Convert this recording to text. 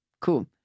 Cool